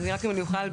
רק אם אוכל,